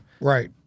Right